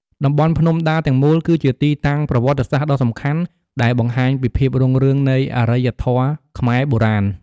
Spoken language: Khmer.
តំបន់ភ្នំដាទាំងមូល គឺជាទីតាំងប្រវត្តិសាស្ត្រដ៏សំខាន់ដែលបានបង្ហាញពីភាពរុងរឿងនៃអរិយធម៌ខ្មែរបុរាណ។